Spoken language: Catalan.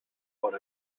bon